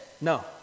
No